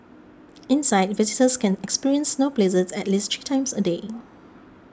inside visitors can experience snow blizzards at least three times a day